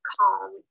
calm